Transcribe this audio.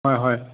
হয় হয়